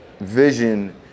vision